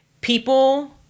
People